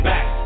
Back